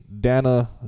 Dana